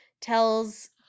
tells